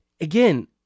Again